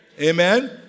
Amen